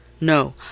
No